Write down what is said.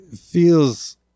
feels